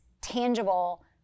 tangible